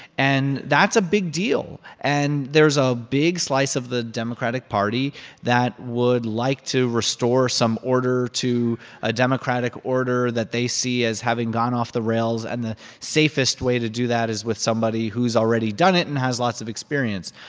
and that's a big deal. and there's a big slice of the democratic party that would like to restore some order to a democratic order that they see as having gone off the rails. and the safest way to do that is with somebody who's already done it and has lots of experience.